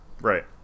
Right